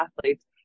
athletes